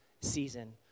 season